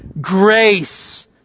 Grace